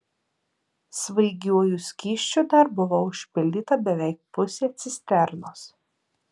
svaigiuoju skysčiu dar buvo užpildyta beveik pusė cisternos